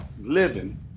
living